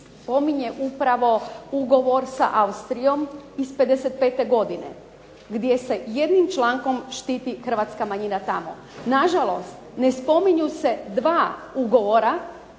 spominje upravo ugovor sa Austrijom iz '55. godine gdje se jednim člankom štiti Hrvatska manjina tamo. Nažalost, ne spominju se dva ugovora